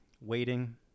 waiting